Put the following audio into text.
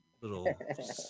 little